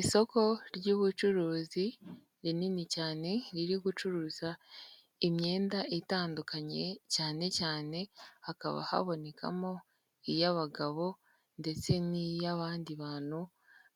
Isoko ry'ubucuruzi rinini cyane, riri gucuruza imyenda itandukanye, cyane cyane hakaba habonekamo iy'abagabo ndetse n'iy'abandi bantu